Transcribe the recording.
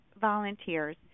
volunteers